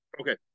Okay